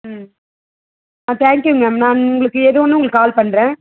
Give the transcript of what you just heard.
ம் ஆ thank you ma'am நான் உங்களுக்கு ஏதொன்னு உங்களுக்கு கால் பண்ணுறேன்